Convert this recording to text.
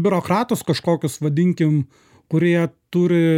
biurokratus kažkokius vadinkim kurie turi